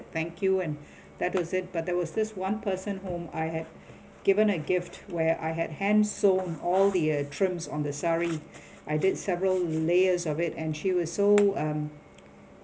thank you and that was it but there was this one person whom I had given a gift where I had hands on all the uh trims on the sari I did several layers of it and she was so um